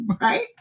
right